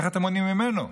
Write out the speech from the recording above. איך אתם מונעים ממנו?